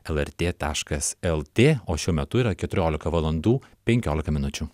lrt taškas lt o šiuo metu yra keturiolika valandų penkiolika minučių